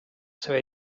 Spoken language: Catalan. seva